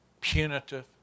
punitive